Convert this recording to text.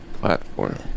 platform